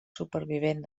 supervivent